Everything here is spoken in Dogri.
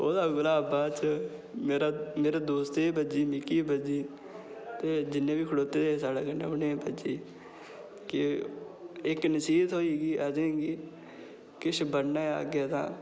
ओह्दे कोला बाद च मेरा मेरे दोस्त गी बी बज्जी मिगी बी बज्जी ते जि'न्ने बी खड़ोते दे साढ़े कन्नै उ'नें गी बी बज्जी कि इक्क नसीह्त होई असेंगी किश बनना अग्गें तां